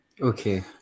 okay